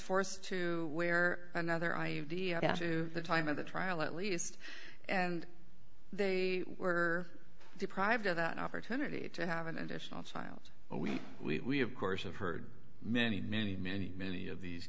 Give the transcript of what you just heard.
forced to wear another i got to the time of the trial at least and they were deprived of that opportunity to have an additional child a week we have course of heard many many many many of these